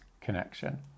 connection